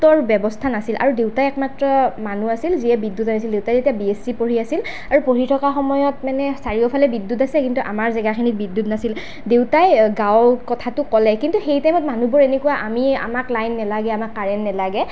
ৰ ব্যৱস্থা নাছিল আৰু দেউতাই একমাত্ৰ মানুহ আছিল যিয়ে বিদ্যুত আনিছিল দেউতাই তেতিয়া বি এচ চি পঢ়ি আছিল আৰু পঢ়ি থকা সময়ত মানে চাৰিওফালে বিদ্যুত আছে কিন্তু আমাৰ জেগাখিনিত বিদ্যুত নাছিল দেউতাই গাঁৱত কথাটো ক'লে কিন্তু সেই টাইমত মানুহবোৰ এনেকুৱা আমাক লাইন নালাগে আমাক কাৰেণ্ট নালাগে